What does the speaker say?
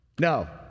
no